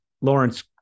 Lawrence